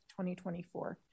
2024